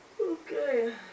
Okay